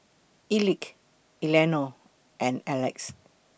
Elick Eleanor and Alex